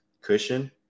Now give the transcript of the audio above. cushion